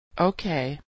Okay